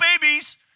babies